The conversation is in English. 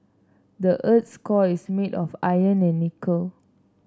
the earth's core is made of iron and nickel